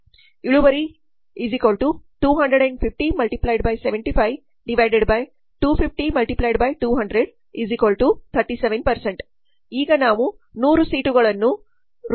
ಇಳುವರಿ 250 × 75250 × 200 37 ಈಗ ನಾವು 100 ಸೀಟು ಗಳನ್ನು ರೂ